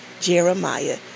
Jeremiah